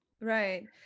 Right